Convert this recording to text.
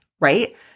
right